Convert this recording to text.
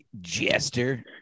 jester